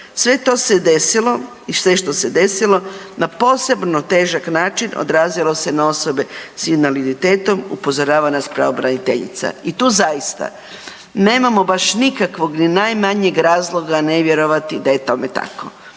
Sve to se desilo i sve što se desilo na posebno težak način odrazilo se na osobe s invaliditetom upozorava nas pravobraniteljica. I tu zaista nemamo baš nikakvog ni najmanjeg razloga ne vjerovati da je tome tako.